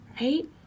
right